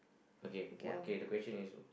okay what okay the question is